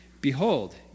Behold